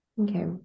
Okay